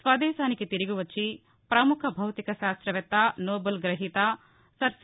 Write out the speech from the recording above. స్వదేశానికి తిరిగొచ్చి ప్రముఖ భౌతిక శాస్తవేత్త నోబెల్ గ్రహీత సర్ సి